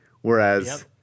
Whereas